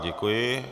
Děkuji.